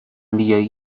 بیایی